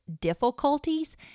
difficulties